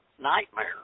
nightmare